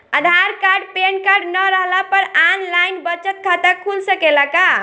आधार card PAN card न रहला पर आन लाइन बचत खाता खुल सकेला का?